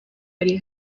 ari